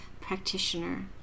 practitioner